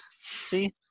See